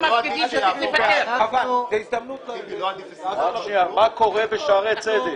מה קורה בשערי צדק?